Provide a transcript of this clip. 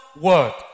word